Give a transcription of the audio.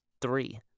Three